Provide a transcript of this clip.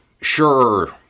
Sure